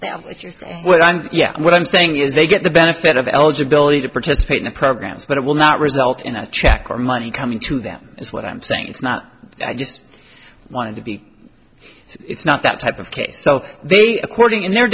and yeah what i'm saying is they get the benefit of eligibility to participate in the program but it will not result in a check or money coming to them is what i'm saying it's not just wanted to be it's not that type of case so they according in their